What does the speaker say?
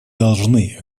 должны